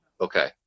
Okay